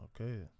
Okay